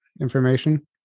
information